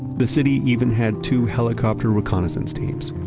the city even had two helicopter reconnaissance teams